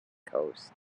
coast